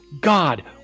God